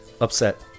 Upset